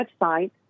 website